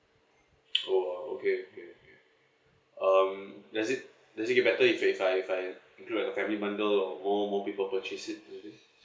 oh okay okay um does it does it get better if if I if I include the family bundle or more more people purchase it